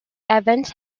evans